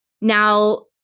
Now